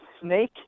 snake